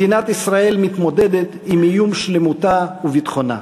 מדינת ישראל מתמודדת עם איום על שלמותה וביטחונה.